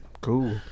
Cool